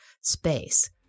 space